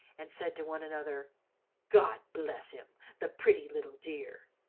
and said to one another god bless him, the pretty little dear!